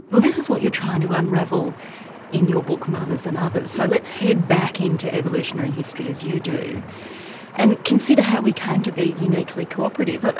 well this is what you're trying to unravel in your book mothers and others so let's head back into evolutionary history history as you do and consider how we came to be uniquely cooperative. but